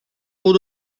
all